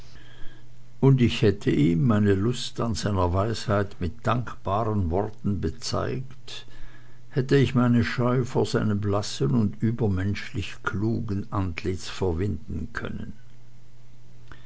und ich hätte ihm meine lust an seiner weisheit mit dankbaren worten bezeigt hätte ich meine scheu vor seinem blassen und übermenschlich klugen antlitz verwinden können